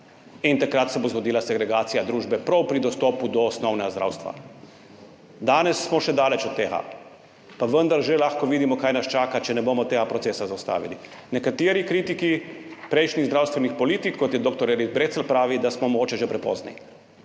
in takrat se bo zgodila segregacija družbe prav pri dostopu do osnovnega zdravstva. Danes smo še daleč od tega, pa vendar že lahko vidimo, kaj nas čaka, če ne bomo zaustavili tega procesa. Nekateri kritiki prejšnjih zdravstvenih politik, kot je dr. Erik Brecelj, pravijo, da smo mogoče že prepozni.